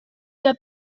que